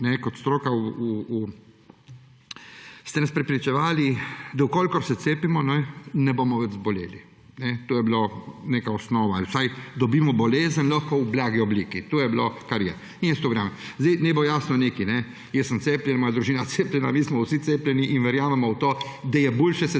kot stroka ste nas prepričevali, da v kolikor se cepimo, ne bomo več zboleli. To je bila neka osnova. Oziroma vsaj lahko dobimo bolezen v blagi obliki. To je bilo in jaz to verjamem. Zdaj naj bo jasno nekaj; jaz sem cepljen, moja družina je cepljena, mi smo vsi cepljeni in verjamemo v to, da se je boljše